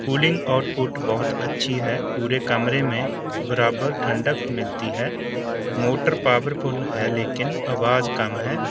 cooling output بہت اچھی ہے پورے کمرے میں برابر ٹھنڈک ملتی ہے موٹر پاورفل ہے لیکن آواز کم ہے